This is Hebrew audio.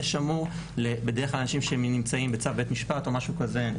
זה שמור בדרך כלל לאנשים שנמצאים בצו בית-משפט או משהו כזה.